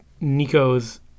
Nico's